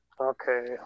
okay